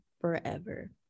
forever